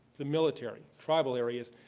the military, tribal areas,